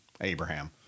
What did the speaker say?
Abraham